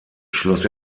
schloss